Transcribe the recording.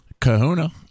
Kahuna